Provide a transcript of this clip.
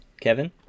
Kevin